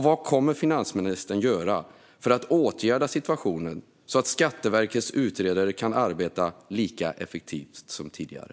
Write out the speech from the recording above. Vad kommer finansministern att göra för att åtgärda situationen så att Skatteverkets utredare kan arbeta lika effektivt som tidigare?